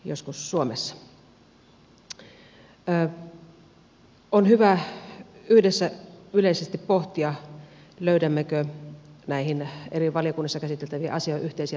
on hyvä yhdessä yleisesti pohtia löydämmekö näihin eri valiokunnissa käsiteltäviin asioihin yhteisiä toimintamalleja